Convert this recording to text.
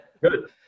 Good